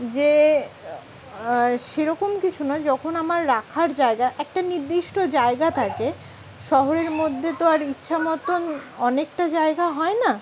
যে সেরকম কিছু না যখন আমার রাখার জায়গা একটা নির্দিষ্ট জায়গা থাকে শহরের মধ্যে তো আর ইচ্ছা মতন অনেকটা জায়গা হয় না